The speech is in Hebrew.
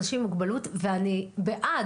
אנשים עם מוגבלות ואני בעד.